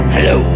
Hello